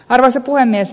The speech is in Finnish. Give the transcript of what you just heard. arvoisa puhemies